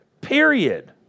Period